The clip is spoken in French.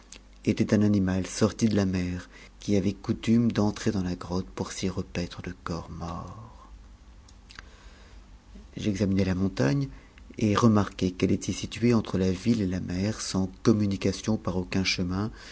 était un animal sorti de la mer qui avait coutume d'entrer dans la grotte pour s'y repaître de corps morts j'examinai la montagne et remarquai qu'elle était située entre a ville et fa mer sans communication par aucun chemin